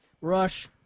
Rush